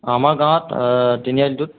আমাৰ গাঁৱত তিনিআলিটোত